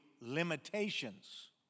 limitations